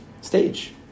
stage